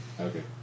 Okay